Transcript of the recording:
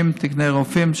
60 תקני רופאים,